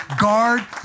guard